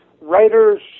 Writers